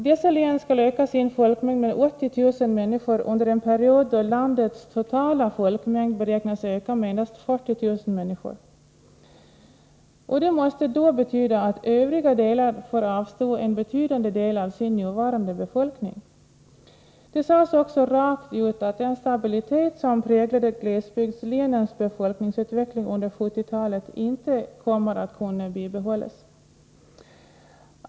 Dessa län skall öka sin folkmängd med 80 000 människor under en period då landets totala folkmängd beräknas öka med endast 40 000 människor. Det måste då betyda att övriga län får avstå en betydande del av sin nuvarande befolkning. Det sades också rakt ut att den stabilitet som präglade glesbygdslänens befolkningsutveckling under 1970-talet inte kommer att kunna bibehållas.